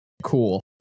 cool